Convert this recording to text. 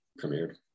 premiered